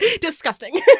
Disgusting